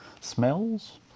smells